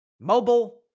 mobile